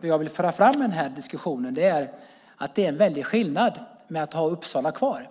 vad jag vill föra fram med den här diskussionen, är att det är en väldig skillnad med att ha Uppsala kvar.